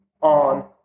on